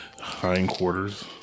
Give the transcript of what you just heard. hindquarters